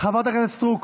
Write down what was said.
חברת הכנסת סטרוק,